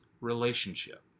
relationship